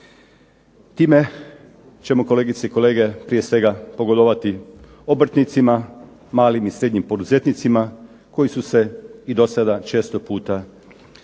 time ćemo kolegice i kolege prije svega pogodovati obrtnicima, malim i srednjim poduzetnicima koji su se i do sada često puta javljali